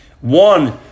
One